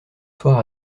soir